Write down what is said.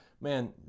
man